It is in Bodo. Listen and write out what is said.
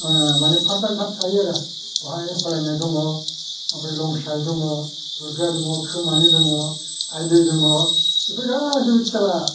मानि पार्थ बाइ पार्थ थायो आरो बाहाय हलायनाय दङ ओमफ्राय लंसाइ दङ गुरगा दङ खोमानि दङ आइदै दङ बेफोर गासैबो खेला